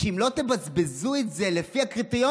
אם לא תבזבזו את זה לפי הקריטריונים,